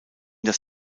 das